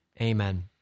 Amen